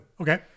Okay